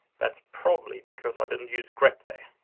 that's probably because i didn't use grep there.